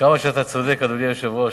כמה שאתה צודק, אדוני היושב-ראש.